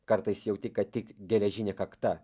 kartais jauti kad tik geležinė kakta